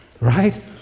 right